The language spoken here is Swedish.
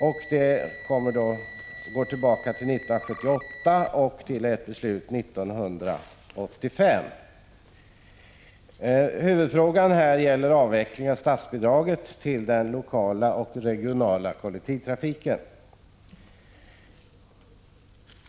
Man går tillbaka till 1978 och till ett beslut 1985. Huvudfrågan gäller avveckling av statsbidraget till den lokala och den regionala kollektivtrafiken.